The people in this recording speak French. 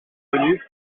connue